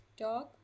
Dog